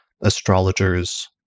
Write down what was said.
astrologers